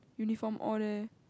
uniform all there